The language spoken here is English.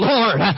Lord